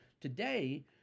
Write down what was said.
Today